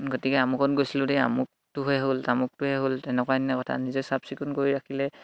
গতিকে আমুকত গৈছিলোঁ দেই আমুকটোহে হ'ল তামুকটোহে হ'ল তেনেকুৱা ধৰণৰ কথা নিজে চাফ চিকুণ কৰি ৰাখিলে